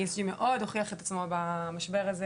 ה-ESG מאוד הוכיח את עצמו במשבר הזה